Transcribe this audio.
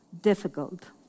difficult